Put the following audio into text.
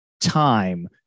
time